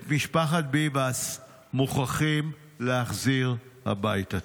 את משפחת ביבס מוכרחים להחזיר הביתה.